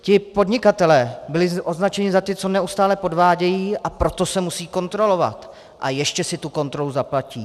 Ti podnikatelé byli označeni za ty, co neustále podvádějí, a proto se musí kontrolovat, a ještě si tu kontrolu zaplatí.